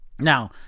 Now